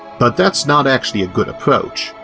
but that's not actually a good approach.